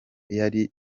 yari